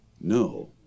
No